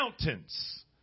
mountains